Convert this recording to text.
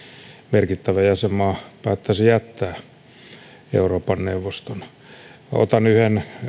merkittävä jäsenmaa päättäisi jättää euroopan neuvoston otan yhden